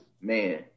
man